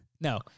No